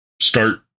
start